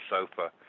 sofa